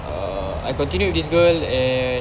err I continue with this girl and